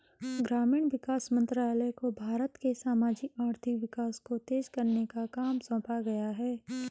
ग्रामीण विकास मंत्रालय को भारत के सामाजिक आर्थिक विकास को तेज करने का काम सौंपा गया है